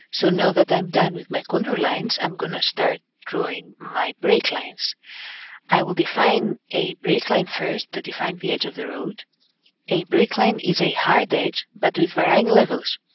so now that i'm done with my contour lines i'm gonna start drawing my break lines i will define a break line first, to define the edge of the road a break line is a hard edge but with varying levels.